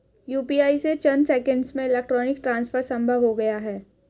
UPI से चंद seconds में इलेक्ट्रॉनिक ट्रांसफर संभव हो गया है